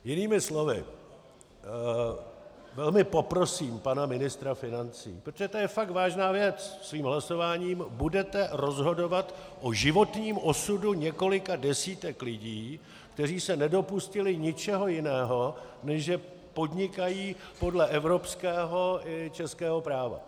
Jinými slovy, velmi poprosím pana ministra financí, protože to je fakt vážná věc, svým hlasováním budete rozhodovat o životním osudu několika desítek lidí, kteří se nedopustili ničeho jiného, než že podnikají podle evropského i českého práva.